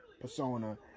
persona